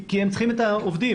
כי הם צריכים את העובדים,